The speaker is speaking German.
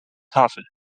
tafel